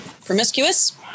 promiscuous